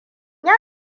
ya